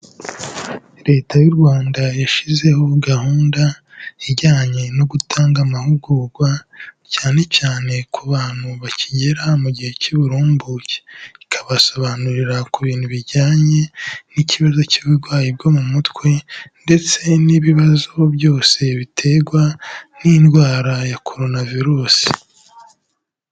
Leta y'u Rwanda yashyizeho gahunda, ijyanye no gutanga amahugurwa, cyane cyane ku bantu bakigera mu gihe cy'uburumbuke, ikabasobanurira ku bintu bijyanye n'ikibazo cy'uburwayi bwo mu mutwe ndetse n'ibibazo byose biterwa n'indwara ya Korona virusi.